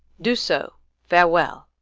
do so farewell.